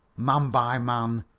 man by man,